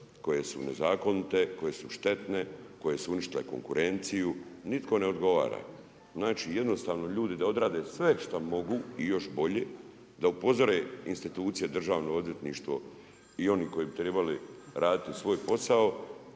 koje su nezakonite, koje su štetne, koje su uništile konkurenciju nitko ne odgovara. Znači jednostavno ljudi da odrade sve šta mogu i još bolje, da upozore institucije, Državno odvjetništvo i oni koji bi trebali raditi svoj posao